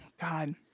God